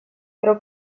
però